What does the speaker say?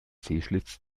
sehschlitz